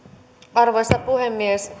arvoisa puhemies